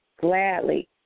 gladly